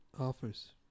offers